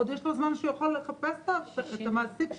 עוד יש לו 60 יום שהוא יכול לחפש את המעסיק שלו.